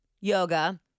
yoga